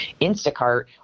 Instacart